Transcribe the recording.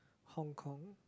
Hong-Kong